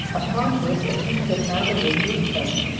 upon this the king did neither rebuke them,